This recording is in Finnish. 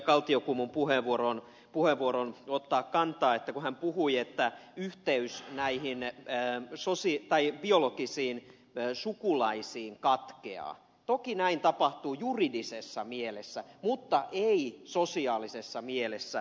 kaltiokummun puheenvuoroon ottaa kantaa kun hän puhui että yhteys biologisiin sukulaisiin katkeaa että toki näin tapahtuu juridisessa mielessä mutta ei sosiaalisessa mielessä